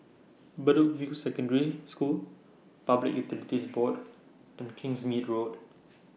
Bedok View Secondary School Public Utilities Board and Kingsmead Road